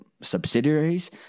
subsidiaries